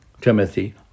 Timothy